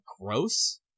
gross